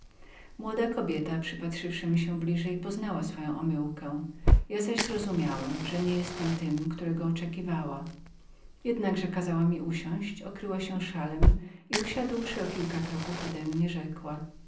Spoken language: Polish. młoda kobieta przypatrzywszy mi się bliżej poznała swoją omyłkę ja także spostrzegłem że niebyłem tym na którego czekano tymczasem kazała mi usiąść okryła się szalem i usiadłszy o kilka kroków odemnie rzekła